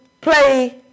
play